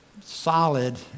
solid